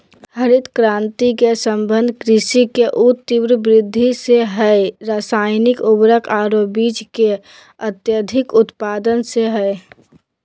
हरित क्रांति के संबंध कृषि के ऊ तिब्र वृद्धि से हई रासायनिक उर्वरक आरो बीज के अत्यधिक उत्पादन से हई